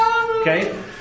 Okay